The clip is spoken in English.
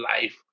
life